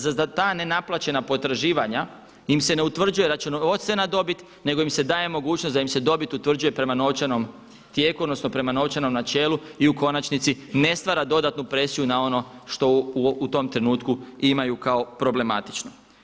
Za ta nenaplaćena potraživanja im se ne utvrđuje računovodstvena dobit nego im se daje mogućnost da im se dobit utvrđuje prema novčanom tijeku odnosno prema novčanom načelu i u konačnici ne stvara dodatnu presiju na ono što u tom trenutku imaju kao problematiku.